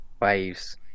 Waves